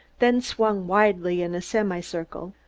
then swung widely in a semicircle,